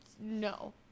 no